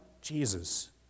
Jesus